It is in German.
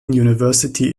university